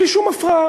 בלי שום הפרעה,